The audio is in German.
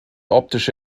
optische